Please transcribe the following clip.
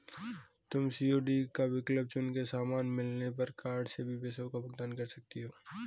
तुम सी.ओ.डी का विकल्प चुन कर सामान मिलने पर कार्ड से भी पैसों का भुगतान कर सकती हो